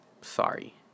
Sorry